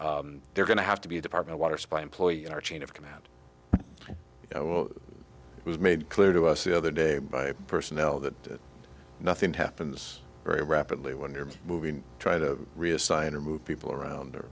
they're going to have to be a department water supply employee in our chain of command it was made clear to us the other day by personnel that nothing happens very rapidly when you're moving try to reassign or move people around or